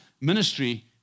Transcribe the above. ministry